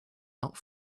not